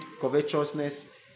covetousness